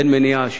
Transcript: אין מניעה,